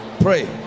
Pray